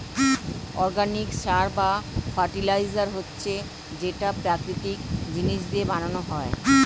organic সার বা fertiliser হচ্ছে যেটা প্রাকৃতিক জিনিস দিয়ে বানানো হয়